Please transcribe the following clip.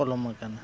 ᱯᱚᱞᱚᱢ ᱟᱠᱟᱱᱟ